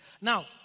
Now